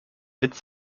witz